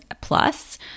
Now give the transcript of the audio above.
plus